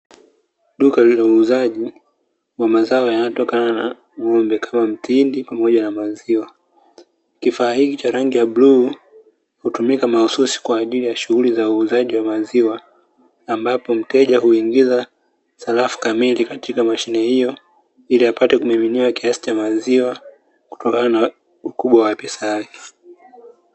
Duka hili la uuzaji wa mazao yanayotokana na ng'ombe kama mtindi pamoja na maziwa. Kifaa hiki cha rangi ya bluu hutumika mahususi kwa ajili ya shughuli za uuzaji wa maziwa ambapo mteja huingiza sarafu kamili katika mashine hiyo ili apate kumiminiwa kiasi cha maziwa kutokana na ukubwa wa pesa yake.